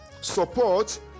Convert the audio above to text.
support